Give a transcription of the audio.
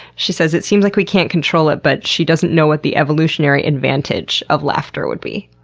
she says, it seems like we can't control it but she doesn't know what the evolutionary advantage of laughter would be.